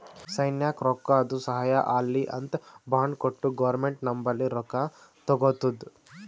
ಸೈನ್ಯಕ್ ರೊಕ್ಕಾದು ಸಹಾಯ ಆಲ್ಲಿ ಅಂತ್ ಬಾಂಡ್ ಕೊಟ್ಟು ಗೌರ್ಮೆಂಟ್ ನಂಬಲ್ಲಿ ರೊಕ್ಕಾ ತಗೊತ್ತುದ